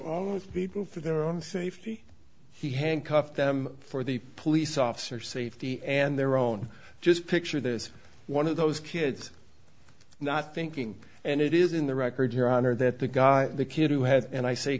on people for their own safety he handcuffed them for the police officer safety and their own just picture this one of those kids not thinking and it is in the record your honor that the guy the kid who had and i say